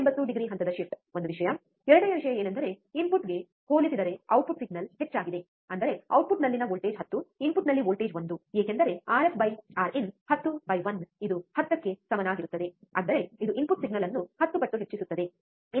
180 degree ಹಂತದ shift ಒಂದು ವಿಷಯ ಎರಡನೆಯ ವಿಷಯವೆಂದರೆ ಇನ್ಪುಟ್ಗೆ ಹೋಲಿಸಿದರೆ ಔಟ್ಪುಟ್ ಸಿಗ್ನಲ್ ಹೆಚ್ಚಾಗಿದೆ ಅಂದರೆ ಔಟ್ಪುಟ್ನಲ್ಲಿನ ವೋಲ್ಟೇಜ್ 10 ಇನ್ಪುಟ್ನಲ್ಲಿ ವೋಲ್ಟೇಜ್ 1 ಏಕೆಂದರೆ ಆರ್ಎಫ್ ಆರ್ಇನ್ 101 ಇದು 10 ಕ್ಕೆ ಸಮನಾಗಿರುತ್ತದೆ ಅಂದರೆ ಇದು ಇನ್ಪುಟ್ ಸಿಗ್ನಲ್ ಅನ್ನು 10 ಪಟ್ಟು ಹೆಚ್ಚಿಸುತ್ತದೆ